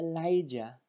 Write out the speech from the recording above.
Elijah